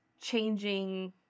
changing